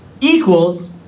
equals